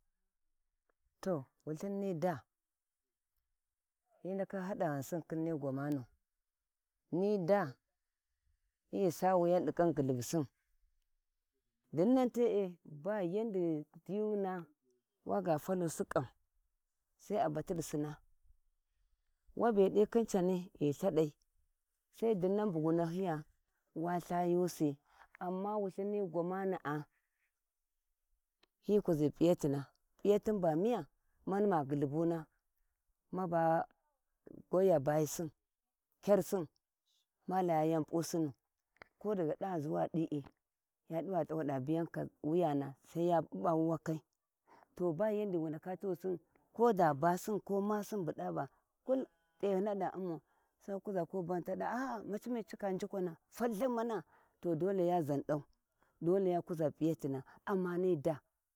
To wulthin ni daa hi ndaka hada ghausin khin ni gwamanaa ni da hi sa wuga di ƙhi ghullhubusin dinnan tee ba yaudi diyu waga takusi ƙan, sai a bati disinna wabe di khin cani ghi lthadai, sai dinnan buwu nahiya wa lthayusi amma wulthin ni gwamanaa hi kuʒi p’iyatina, p’iyatin ba miya man ma gilthubuna mabo goya buyisin kyarsin ma loya yau p’usin ko dagani ʒuwa di’i wa diva dawada biya wuyana sai ya ɓuɓa wuwakai to ba yandi wu ndaka koda basin masiu dava kull t’ehiaa da umau sai wakuʒa ko baghi ta dava ni cika njukwara falkhin manau to dole yan ʒandau dole ya kuza fiyatena amma nida.